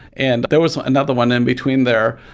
and there was another one in between there.